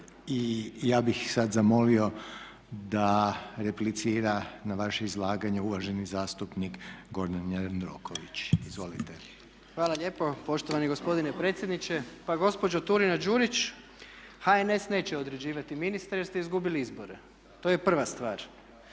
I ja bih sad zamolio da replicira na vaše izlaganje uvaženi zastupnik Gordan Jandroković. Izvolite. **Jandroković, Gordan (HDZ)** Hvala lijepo poštovani gospodine predsjedniče. Pa gospođo Turina Đurić, HNS neće određivati ministre jer ste izgubili izbore. To je prva stvar.